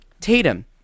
Tatum